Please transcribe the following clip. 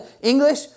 English